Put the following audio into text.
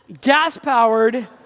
gas-powered